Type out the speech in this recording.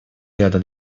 ряда